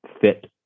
fit